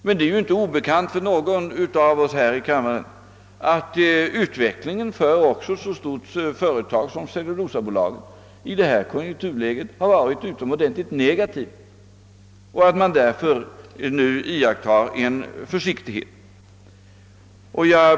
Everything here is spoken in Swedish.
Men det är ju inte obekant för någon här i kammaren att utvecklingen även för ett så stort företag som Cellulosabolaget i det konjunkturläge vi haft har varit starkt negativ och att man därför på företaget iakttar försiktighet.